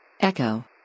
Echo